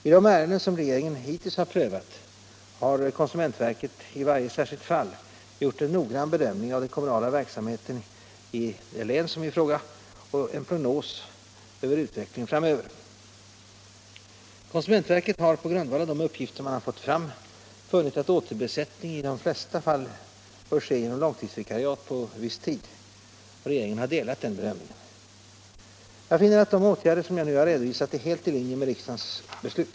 I de ärenden som regeringen hittills har prövat har konsumentverket i varje särskilt fall gjort en noggrann bedömning av den kommunala verksamheten i berört län samt en prognos om utvecklingen framöver. Konsumentverket har på grundval av de uppgifter man fått fram funnit att återbesättning i de flesta fall bör ske genom långtidsvikariat på viss tid. Regeringen har delat denna bedömning. Jag finner att de åtgärder som jag nu har redovisat är helt i linje med riksdagens beslut.